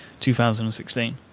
2016